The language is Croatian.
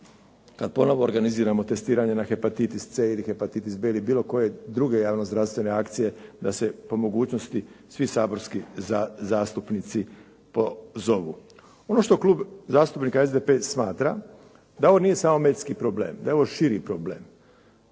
kad ponovo organiziramo testiranje na hepatitis C ili hepatitis B ili bilo koje druge javno-zdravstvene akcije da se po mogućnosti svi zastupnici pozovu. Ono što Klub zastupnika SDP smatra da ovo nije samo medicinski problem, da je ovo širi problem.